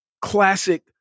classic